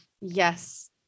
Yes